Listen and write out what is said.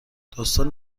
داستان